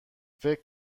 فکر